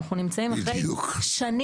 אנחנו נמצאים אחרי שנים,